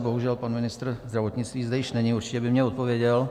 Bohužel pan ministr zdravotnictví zde již není, určitě by mi odpověděl.